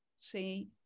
see